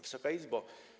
Wysoka Izbo!